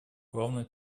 главной